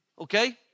Okay